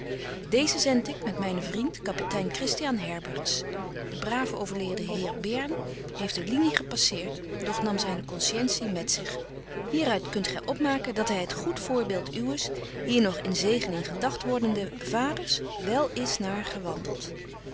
deezen zend ik met mynen vriend kapitein christiaan herberts de brave overleden heer bern heeft de linie gepasseert doch nam zyne conscientie met zich hier uit kunt gy opmaken dat hy het goed voorbeeld uwes hier nog in zegening gedagt wordende vaders wel is naar gewandelt